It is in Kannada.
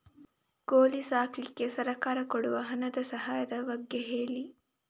ಕೋಳಿ ಸಾಕ್ಲಿಕ್ಕೆ ಸರ್ಕಾರ ಕೊಡುವ ಹಣದ ಸಹಾಯದ ಬಗ್ಗೆ ಹೇಳಿ